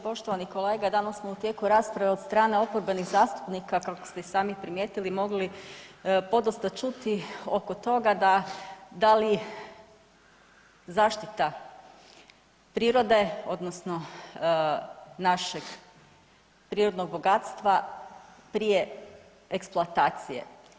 Poštovani kolega, danas smo u tijeku rasprave od strane oporbenih zastupnika kako ste i sami primijetili, mogli podosta čuti oko toga da da li zaštita prirode odnosno našeg prirodnog bogatstva prije eksploatacije.